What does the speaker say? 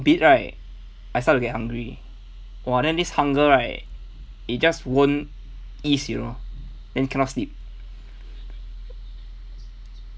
a bit right I start to get hungry !wah! then this hunger right it just won't ease you know then cannot sleep